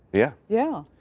yeah? yeah.